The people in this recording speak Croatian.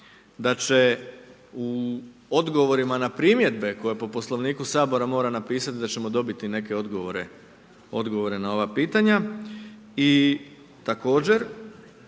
da će u odgovorima na primjedbe koje po Poslovniku Sabora mora napisati, da ćemo dobiti neke odgovore na ova pitanja i također